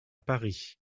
paris